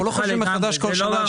אנחנו לא חושבים מחדש בכל שנה על